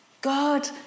God